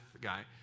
guy